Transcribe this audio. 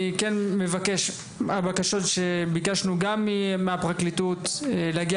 אני כן מזכיר את הבקשות שביקשנו גם מהפרקליטות להגיע